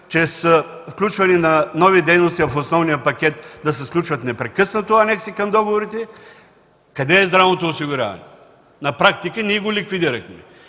чрез включване на нови дейности в основния пакет да се сключват непрекъснато анекси към договорите. Къде е здравното осигуряване?! На практика ние го ликвидирахме.